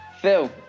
Phil